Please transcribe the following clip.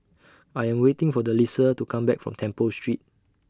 I Am waiting For Delisa to Come Back from Temple Street